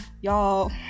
y'all